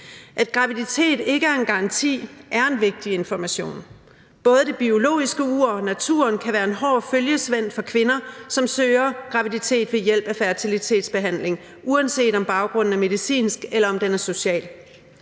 At graviditet ikke er en garanti, er en vigtig information. Både det biologiske ur og naturen kan være en hård følgesvend for kvinder, som søger graviditet ved hjælp af fertilitetsbehandling, uanset om baggrunden er medicinsk eller social.